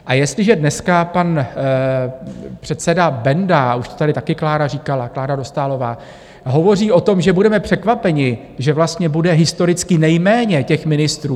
A jestliže dneska pan předseda Benda, už to tady taky Klára říkala, Klára Dostálová, hovoří o tom, že budeme překvapeni, že vlastně bude historicky nejméně těch ministrů.